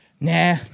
nah